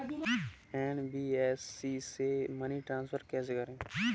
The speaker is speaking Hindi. एन.बी.एफ.सी से मनी ट्रांसफर कैसे करें?